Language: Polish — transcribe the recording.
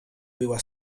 była